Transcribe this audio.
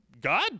God